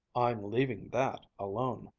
i'm leaving that alone.